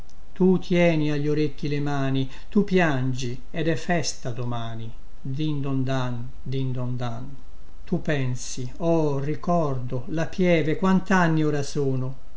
tu tieni a gli orecchi le mani tu piangi ed è festa domani din don dan din don dan tu pensi oh ricordo la pieve quanti anni ora sono